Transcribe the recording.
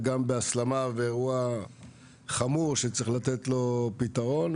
וגם בהסלמה ואירוע חמור שצריך לתת לו פתרון,